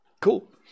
Cool